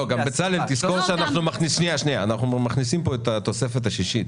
בצלאל, תזכור שאנחנו מכניסים כאן את התוספת השישית